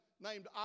named